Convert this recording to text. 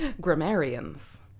grammarians